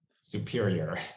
superior